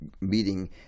meeting